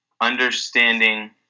understanding